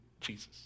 Jesus